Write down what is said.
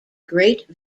great